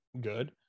good